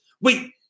Wait